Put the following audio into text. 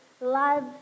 love